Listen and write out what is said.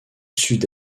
sud